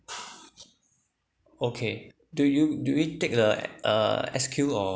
okay do you do we take the uh S_Q or